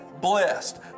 blessed